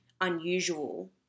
unusual